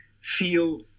feel